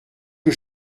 que